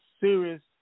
serious